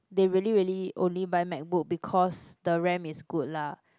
they really really only buy MacBook because the RAM is good lah